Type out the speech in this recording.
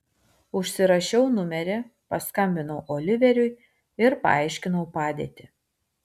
užsirašiau numerį paskambinau oliveriui ir paaiškinau padėtį